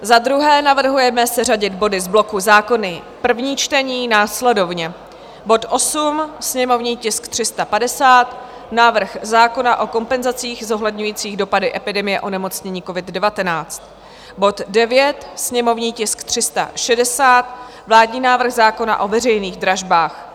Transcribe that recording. Za druhé navrhujeme seřadit body z bloku Zákony první čtení následovně: bod 8, sněmovní tisk 350, návrh zákona o kompenzacích zohledňujících dopady epidemie onemocnění covid19; bod 9, sněmovní tisk 360, vládní návrh zákona o veřejných dražbách;